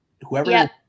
whoever